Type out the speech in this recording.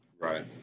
Right